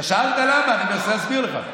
אתה שאלת למה, אני מנסה להסביר לך.